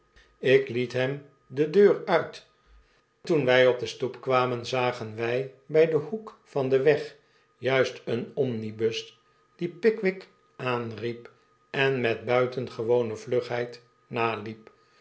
ik liet hem de deur uit toen wy op de stoep kwamen zagen wij by den hoek van den weg juist een omnibus dien pickwick aanriep en met buitengewone vlugheid naliep